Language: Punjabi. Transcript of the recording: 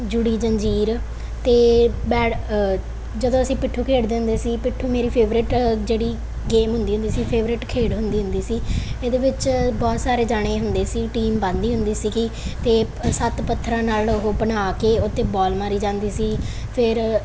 ਜੁੜੀ ਜ਼ੰਜੀਰ ਅਤੇ ਬੈਡ ਜਦੋਂ ਅਸੀਂ ਪਿੱਠੂ ਖੇਡਦੇ ਹੁੰਦੇ ਸੀ ਪਿੱਠੂ ਮੇਰੀ ਫੇਵਰੇਟ ਜਿਹੜੀ ਗੇਮ ਹੁੰਦੀ ਹੁੰਦੀ ਸੀ ਫੇਵਰੇਟ ਖੇਡ ਹੁੰਦੀ ਹੁੰਦੀ ਸੀ ਇਹਦੇ ਵਿੱਚ ਬਹੁਤ ਸਾਰੇ ਜਾਣੇ ਹੁੰਦੇ ਸੀ ਟੀਮ ਬਣਦੀ ਹੁੰਦੀ ਸੀਗੀ ਅਤੇ ਸੱਤ ਪੱਥਰਾਂ ਨਾਲ ਉਹ ਬਣਾ ਕੇ ਉਹ 'ਤੇ ਬੋਲ ਮਾਰੀ ਜਾਂਦੀ ਸੀ ਫਿਰ